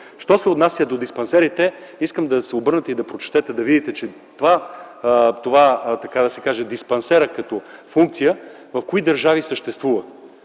Що се отнася до диспансерите. Искам да се обърнете и да прочетете диспансерът като функция в кои държави съществува